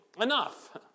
Enough